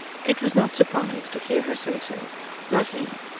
kit was not surprised to hear her say so not he.